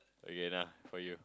okay enough for you